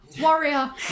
warrior